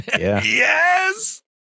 Yes